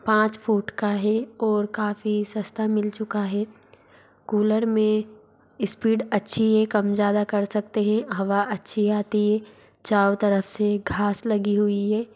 पाँच फूट का है ओर काफ़ी सस्ता मिल चुका है कूलर में इस्पीड अच्छी है कम ज़्यादा कर सकते हें हवा अच्छी आती है चारों तरफ़ से घांस लगी हुई है